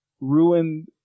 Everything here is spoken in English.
ruined